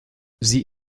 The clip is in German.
sie